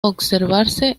observarse